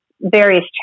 various